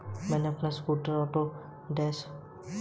मैने अपना scooter auto loan पर खरीदा है